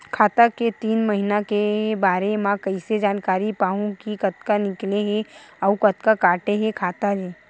खाता के तीन महिना के बारे मा कइसे जानकारी पाहूं कि कतका निकले हे अउ कतका काटे हे खाता ले?